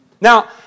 Now